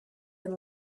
and